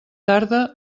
tarda